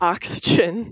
Oxygen